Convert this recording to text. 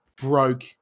broke